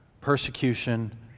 persecution